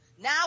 now